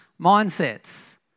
mindsets